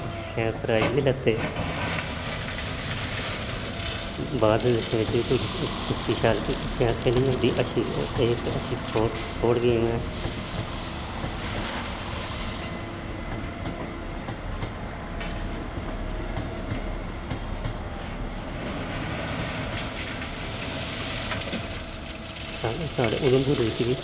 बाह्र दै देशैं बिच्च बी कुश्ती शैल ख्ली जंदी एह् इकअच्ची स्पोट ऐ साढ़े उधमपुर बिच्च बी